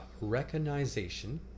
recognition